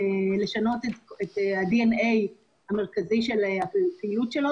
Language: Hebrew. לשנות את הדנ"א המרכזי של הפעילות שלו